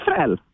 Israel